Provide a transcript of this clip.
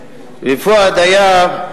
ופואד היה,